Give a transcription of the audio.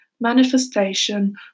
manifestation